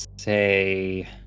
say